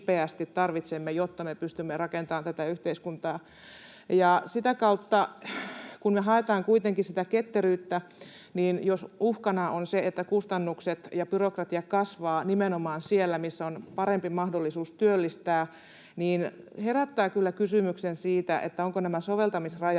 tarvitsemme, jotta me pystymme rakentamaan tätä yhteiskuntaa. Ja kun me haetaan kuitenkin sitä ketteryyttä, niin jos uhkana on se, että kustannukset ja byrokratia kasvavat nimenomaan siellä, missä on parempi mahdollisuus työllistää, niin se herättää kyllä kysymyksen siitä, ovatko nämä soveltamisrajat